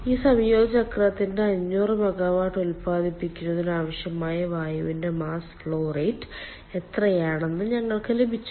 ഈ സംയോജിത ചക്രത്തിന് 500 മെഗാവാട്ട് ഉൽപ്പാദിപ്പിക്കുന്നതിന് ആവശ്യമായ വായുവിന്റെ മാസ് ഫ്ലോ റേറ്റ് എത്രയാണെന്ന് ഞങ്ങൾക്ക് ലഭിച്ചു